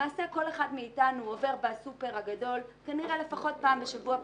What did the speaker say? למעשה כל אחד מאתנו עובר בסופר הגדול כנראה לפחות פעם בשבוע.